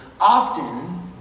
often